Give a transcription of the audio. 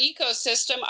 ecosystem